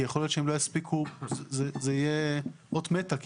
כי יכול להיות שהם לא יספיקו וזו תהיה אות מתה.